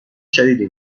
شدیدی